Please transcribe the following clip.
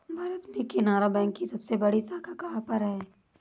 भारत में केनरा बैंक की सबसे बड़ी शाखा कहाँ पर है?